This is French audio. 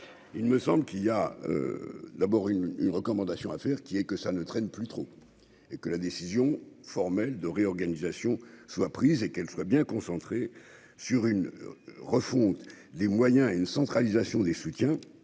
il me semble qu'il y a d'abord une une recommandation à faire, qui est que ça ne traîne plus trop et que la décision formelle de réorganisation soit prise et qu'elle soit bien concentré sur une refonte des moyens et une centralisation des soutiens,